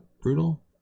brutal